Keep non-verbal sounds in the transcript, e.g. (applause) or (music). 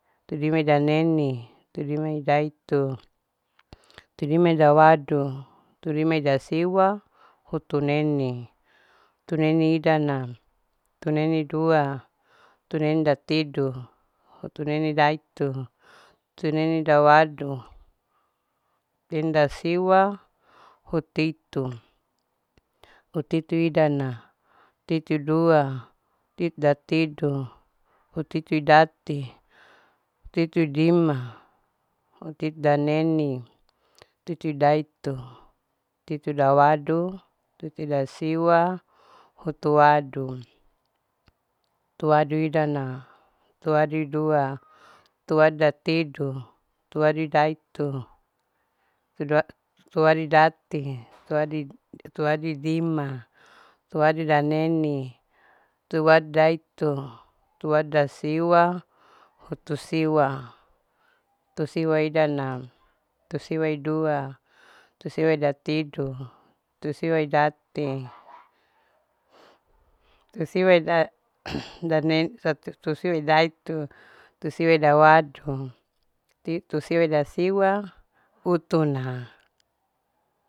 Hutudimaidaneni, hutudimaidaitu. hutudimaidawadu. hutudimaidasiwa. hutunene, hutuneneidana, hutuneneidua, hutuneneidatidu. hutuneneidaitu. hutuneneidawadu, hutuneneidasiwa, huteitu, huteituidana. huteitudua. huteitudatidu. huteituidati. huteituidima. huteitudaneni. huteitu idaitu. huteitudawadu. huteituidasiwa. hutuwadu. Hutuwaduidana. hutuwadudua. hutuwadudatidu, hutuwaduidaitu. hutuwaduidati. (noise) hutuwaduidima. hutuwaduidaneni. hutuwadudaitu, hutuwadu dasiwa. Hutusiwa. hutusiwaidana. hutusiwaidua. hutusiwaidatidu. hutusiwaidati (noise) (laughs) (hesitation) (unintelligible) hutusiwaidaitu. hutusiwaidawadu, hutusiwaidasiwa. utuna.